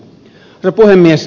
herra puhemies